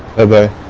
of a